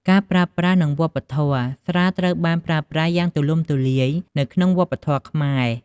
ការប្រើប្រាស់ និងវប្បធម៌ ស្រាត្រូវបានប្រើប្រាស់យ៉ាងទូលំទូលាយនៅក្នុងវប្បធម៌ខ្មែរ។